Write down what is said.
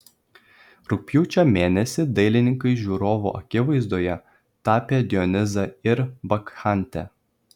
rugpjūčio mėnesį dailininkai žiūrovų akivaizdoje tapė dionizą ir bakchantę